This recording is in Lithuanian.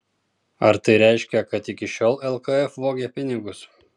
ar tai reiškia kad iki šiol lkf vogė pinigus